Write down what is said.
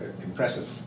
impressive